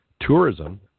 tourism